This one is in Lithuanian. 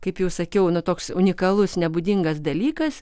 kaip jau sakiau nu toks unikalus nebūdingas dalykas